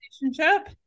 Relationship